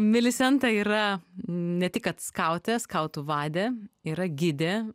milisenta yra ne tik kad skautė skautų vadė yra gidė